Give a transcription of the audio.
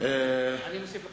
אני מוסיף לך דקה.